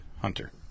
Hunter